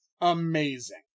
amazing